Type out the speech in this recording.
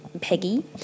Peggy